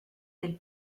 del